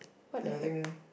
ya I think